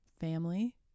family